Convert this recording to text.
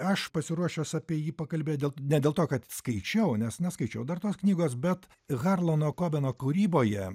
aš pasiruošęs apie jį pakalbėti dėl ne dėl to kad skaičiau nes neskaičiau dar tos knygos bet harlano kobeno kūryboje